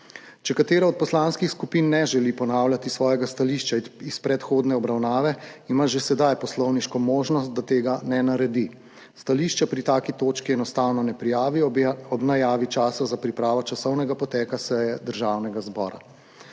Če katera od poslanskih skupin ne želi ponavljati svojega stališča iz predhodne obravnave, ima že sedaj poslovniško možnost, da tega ne naredi. Stališča pri taki točki enostavno ne prijavi ob najavi časa za pripravo časovnega poteka seje Državnega zbora.